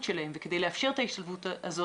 ההשתלבות שלהם וכדי לאפשר את ההשתלבות הזאת